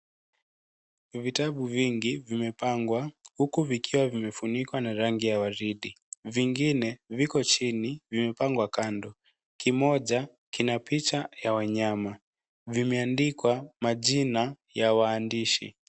Vitabu vingi vimepangwa, huku vikiwa vimefunikwa na rangi ya waridi. Vingine viko chini vimepangwa kando. Kimoja kina picha ya wanyama. Vimeandikwa majina ya wandishi.